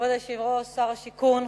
שר השיכון,